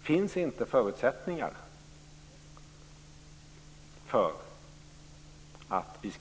Finns inte förutsättningar för att vi